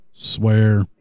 Swear